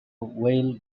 weyl